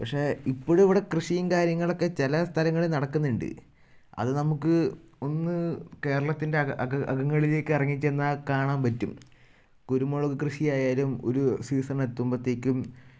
പക്ഷെ ഇപ്പോഴും ഇവിടെ കൃഷിയും കാര്യങ്ങളൊക്കെ ചില സ്ഥലങ്ങളിൽ നടക്കുന്നുണ്ട് അത് നമുക്ക് ഒന്ന് കേരളത്തിൻ്റെ അകങ്ങളിലേക്ക് ഇറങ്ങി ചെന്നാൽ കാണാൻ പറ്റും കുരുമുളക് കൃഷി ആയാലും ഒരു സീസൺ എത്തുമ്പോഴത്തേക്കും